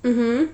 mmhmm